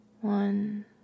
one